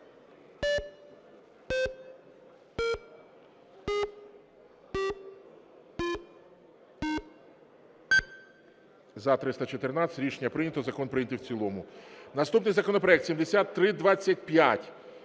За-314 Рішення прийнято. Закон прийнятий в цілому. Наступний законопроект 7325.